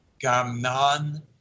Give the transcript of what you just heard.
Gamnan